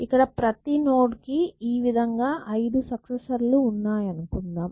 ఇక్కడ ప్రతి నోడ్ కి ఈ విధంగా 5 సక్సెసర్ లు ఉన్నాయనుకుందాం